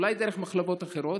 אולי דרך מחלבות אחרות,